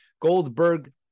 Goldberg